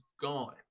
gone